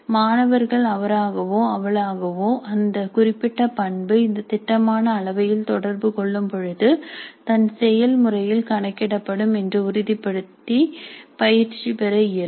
மாணவர்கள் அவராகவோ அவளாகவோ இந்த குறிப்பிட்ட பண்பு இந்த திட்டமான அளவையில் தொடர்பு கொள்ளும்பொழுது தன் செயல் முறையில் கணக்கிடப்படும் என்று உறுதிப்படுத்தி பயிற்சி பெற இயலும்